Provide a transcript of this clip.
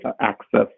access